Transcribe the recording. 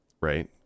right